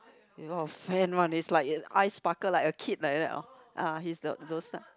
he got a lot fan one is like eyes sparkle like a kid like that ah ah he's the those type